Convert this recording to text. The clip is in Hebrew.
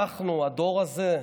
אנחנו, הדור הזה,